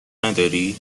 نداری